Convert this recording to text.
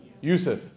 Yusuf